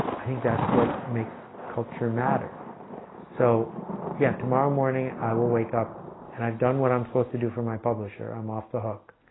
i think that's what makes culture matter so yeah tomorrow morning. i will wake and i've done what i'm supposed to do for my publisher i'm off the hook,